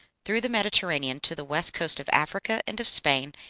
through the mediterranean to the west coast of africa and of spain,